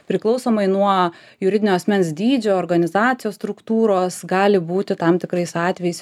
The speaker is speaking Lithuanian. priklausomai nuo juridinio asmens dydžio organizacijos struktūros gali būti tam tikrais atvejais